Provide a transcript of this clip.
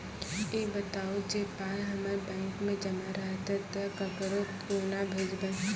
ई बताऊ जे पाय हमर बैंक मे जमा रहतै तऽ ककरो कूना भेजबै?